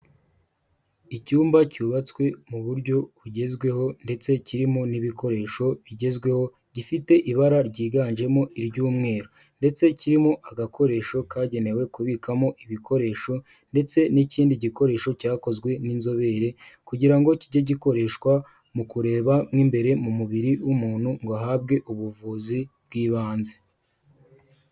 Icyumba cyubatswe mu buryo bugezweho ndetse kirimo n'ibikoresho bigezweho gifite ibara ryiganjemo iry'umweru ndetse kirimo agakoresho kagenewe kubikamo ibikoresho ndetse n'ikindi gikoresho cyakozwe n'inzobere kugira ngo kijye gikoreshwa mu kureba mu imbere mu mubiri w'umuntu ngo ahabwe ubuvuzi bw'ibanze.